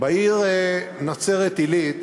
בעיר נצרת-עילית